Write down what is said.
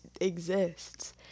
exists